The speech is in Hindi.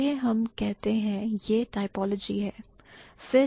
चलिए हम कह कि यह typology है